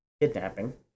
kidnapping